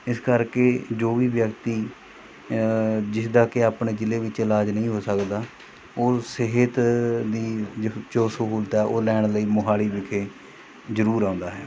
ਇਸ ਕਰਕੇ ਜੋ ਵੀ ਵਿਅਕਤੀ ਜਿਸਦਾ ਕਿ ਆਪਣੇ ਜ਼ਿਲ੍ਹੇ ਵਿੱਚ ਇਲਾਜ ਨਹੀਂ ਹੋ ਸਕਦਾ ਉਹ ਸਿਹਤ ਦੀ ਜੋ ਜੋ ਸਹੂਲਤ ਹੈ ਉਹ ਲੈਣ ਲਈ ਮੋਹਾਲੀ ਵਿਖੇ ਜ਼ਰੂਰ ਆਉਂਦਾ ਹੈ